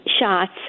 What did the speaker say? shots